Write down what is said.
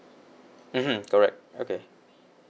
mmhmm correct okay